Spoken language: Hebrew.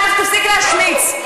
תפסיק להשמיץ.